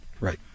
Right